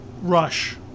rush